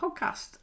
podcast